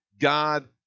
God